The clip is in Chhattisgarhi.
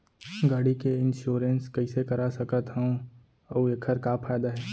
गाड़ी के इन्श्योरेन्स कइसे करा सकत हवं अऊ एखर का फायदा हे?